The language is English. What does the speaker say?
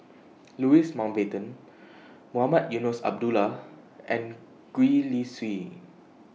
Louis Mountbatten Mohamed Eunos Abdullah and Gwee Li Sui